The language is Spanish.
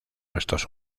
restos